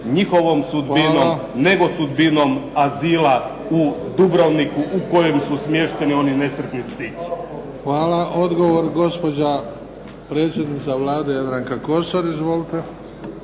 njihovom sudbinom, nego sudbinom azila u Dubrovniku u kojem su smješteni oni nesretnici. **Bebić, Luka (HDZ)** Hvala. Odgovor gospođa predsjednica Vlade Jadranka Kosor. Izvolite.